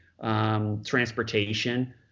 transportation